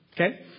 Okay